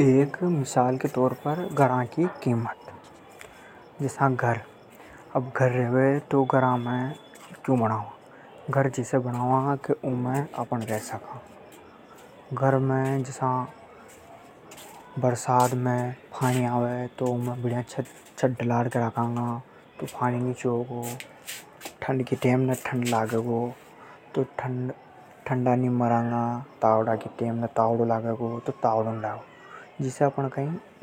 एक मिशाल के तौर पर घरा की कीमत। घर जिसे बणावा के उमे अपण रे सका। घर में जसा बरसात में छत डाल के रेवे तो पानी नी टपके। ठंड की टेम पे ठंड नी लागेगो। जिसे अपण